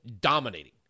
dominating